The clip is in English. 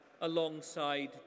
alongside